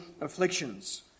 afflictions